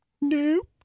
Nope